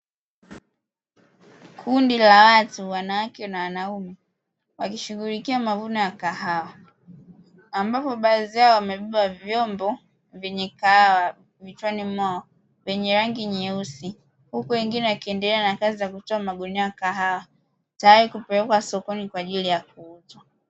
Kundi la watu wanawake kwa wanaume, wakishughulikia mavuno ya kahawa ambapo baadhi yao wamebeba vyombo vyenye kahawa, vichwani mwao vyenye rangi nyeusi, huku wengine wakiendelea na kazi ya kutoa magunia ya kahawa tayali kupelekwa sokoni kwaajili ya kuuzwa.